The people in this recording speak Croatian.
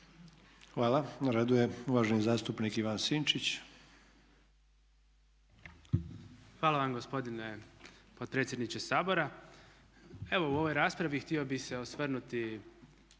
Ivan Vilibor (Živi zid)** Hvala vam gospodine potpredsjedniče Sabora. Evo u ovoj raspravi htio bih se osvrnuti